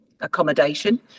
accommodation